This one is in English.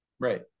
Right